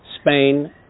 Spain